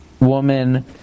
Woman